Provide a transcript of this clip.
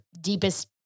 deepest